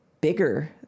bigger